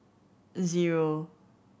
zero